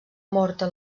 morta